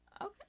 Okay